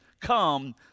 come